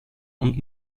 und